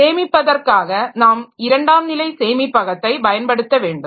சேமிப்பதற்க்காக நாம் இரண்டாம் நிலை சேமிப்பகத்தை பயன்படுத்த வேண்டும்